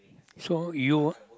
so you